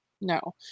No